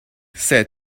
said